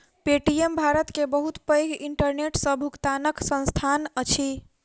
Paytm Bharat के बहुत पैघ इंटरनेट सॅ भुगतनाक संस्थान अछि